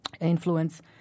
influence